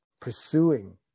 pursuing